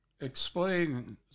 explain